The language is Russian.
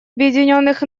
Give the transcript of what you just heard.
объединенных